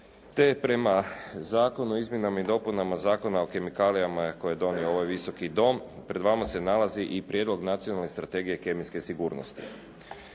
te prema Zakonu o izmjenama i dopunama Zakona o kemikalijama koji je donio ovaj Visoki dom pred vama se nalazi i Prijedlog nacionalne strategije kemijske sigurnosti.